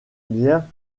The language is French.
bien